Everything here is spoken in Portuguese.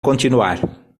continuar